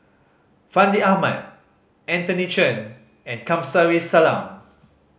Fandi Ahmad Anthony Chen and Kamsari Salam